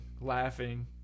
laughing